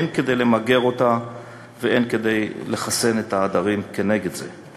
הן כדי למגר אותה והן כדי לחסן את העדרים כנגד זה.